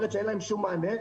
כלומר אין להם שום מענה.